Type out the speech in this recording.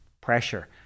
pressure